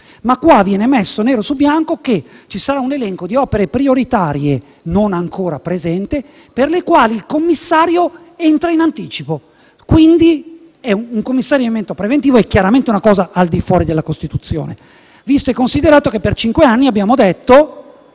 ma qui viene messo nero su bianco che ci sarà un elenco di opere prioritarie (non ancora presente) per le quali il commissario arriva in anticipo: è un commissariamento preventivo e chiaramente una previsione al di fuori della Costituzione, visto e considerato che per cinque anni abbiamo detto